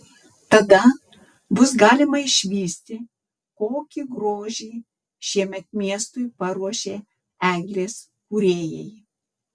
tada bus galima išvysti kokį grožį šiemet miestui paruošė eglės kūrėjai